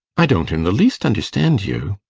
i don't in the least understand you.